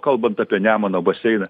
kalbant apie nemuno baseiną